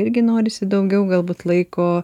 irgi norisi daugiau galbūt laiko